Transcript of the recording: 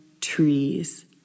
Trees